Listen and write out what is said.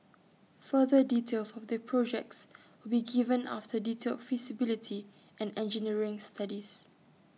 further details of the projects will be given after detailed feasibility and engineering studies